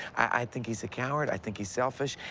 i think he's a coward. i think he's selfish.